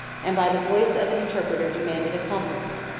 and by the voice of an interpreter demanded a conference.